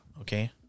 Okay